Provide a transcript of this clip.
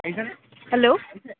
hello